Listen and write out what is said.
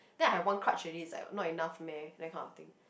then I have one crutch already is like not enough meh that kind of thing